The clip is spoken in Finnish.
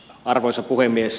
arvoisa puhemies